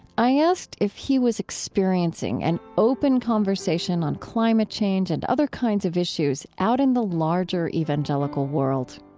i asked if he was experiencing an open conversation on climate change and other kinds of issues out in the larger evangelical world